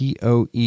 POE